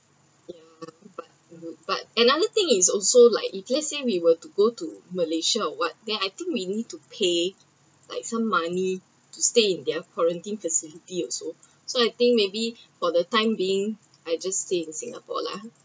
ya but but another thing is also like if let’s say we were to go to malaysia or what then I think we need to pay like some money to stay in their quarantine facility also so I think maybe for the time being I just stay in singapore lah